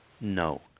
No